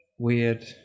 weird